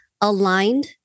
aligned